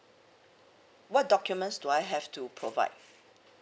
what documents do I have to provide